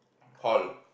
hall